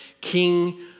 King